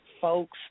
folks